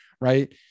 right